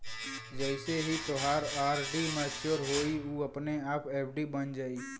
जइसे ही तोहार आर.डी मच्योर होइ उ अपने आप एफ.डी बन जाइ